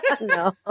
No